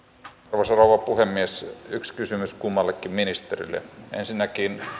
arvoisa rouva puhemies yksi kysymys kummallekin ministerille ensinnäkin